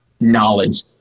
knowledge